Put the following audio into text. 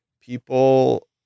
people